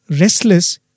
restless